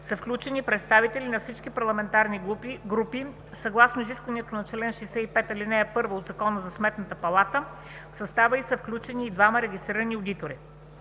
са включени представители на всички парламентарни групи. Съгласно изискването на чл. 65, ал. 1 от Закона за Сметната палата в състава й са включени и двама регистрирани одитори.